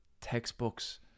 textbooks